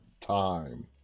time